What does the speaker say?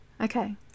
Okay